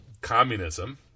communism